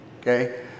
okay